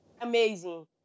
amazing